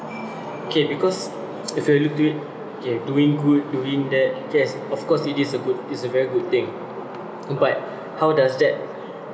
okay because if you look to it okay doing good doing that yes of course it is a good it's a very good thing but how does that